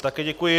Také děkuji.